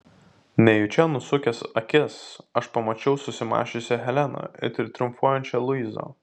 nejučia nusukęs akis aš pamačiau susimąsčiusią heleną ir triumfuojančią luizą